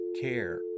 care